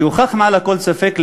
שהוכח מעל לכל ספק,